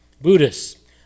Buddhists